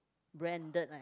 branded leh